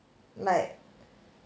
like